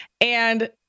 And-